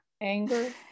anger